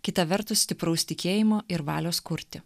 kita vertus stipraus tikėjimo ir valios kurti